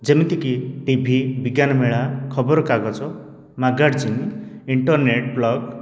ଯେମିତି କି ଟିଭି ବିଜ୍ଞାନ ମେଳା ଖବରକାଗଜ ମାଗାଜିନ୍ ଇଣ୍ଟର୍ନେଟ୍ ବ୍ଲଗ୍